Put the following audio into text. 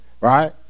right